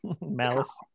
Malice